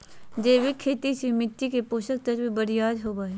जैविक खेती से मिट्टी के पोषक तत्व बरियार होवो हय